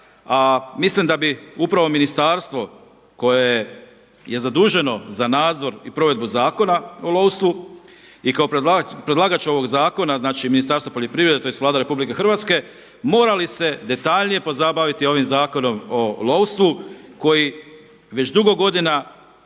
mislim da bi upravo ministarstvo koje je zaduženo za nadzor i provedbu Zakona o lovstvu i kao predlagač ovog zakona, znači Ministarstvo poljoprivrede tj. Vlada RH mora li se detaljnije pozabaviti ovim Zakonom o lovstvu koji već dugo godina